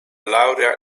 laurea